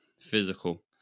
physical